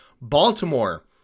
Baltimore